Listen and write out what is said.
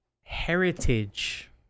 Heritage